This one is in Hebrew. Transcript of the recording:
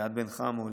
ליאת בן-חמו,